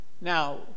Now